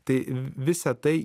tai visa tai